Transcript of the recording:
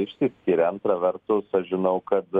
išsiskiria antra vertus aš žinau kad